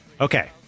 Okay